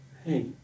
Hey